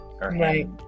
right